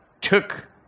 took